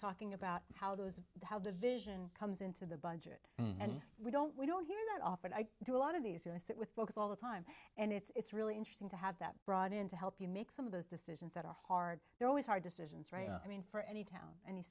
talking about how those how division comes into the budget and we don't we don't hear that often i do a lot of these you know i sit with folks all the time and it's really interesting to have that brought in to help you make some of those decisions that are hard they're always hard decisions right i mean for any town an